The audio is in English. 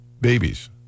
babies